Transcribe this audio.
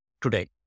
today